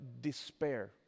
despair